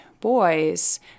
boys